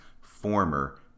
former